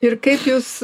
ir kaip jūs